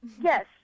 yes